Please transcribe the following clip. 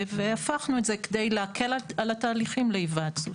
הפכנו את זה כדי להקל על התהליכים להיוועצות.